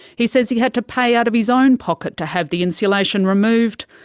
he says he had to pay out of his own pocket to have the insulation removed,